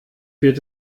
wird